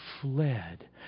fled